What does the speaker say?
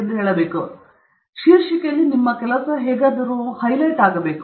ಆದ್ದರಿಂದ ಅದು ಶೀರ್ಷಿಕೆಯಲ್ಲಿ ಹೇಗಾದರೂ ಹೈಲೈಟ್ ಆಗಬೇಕು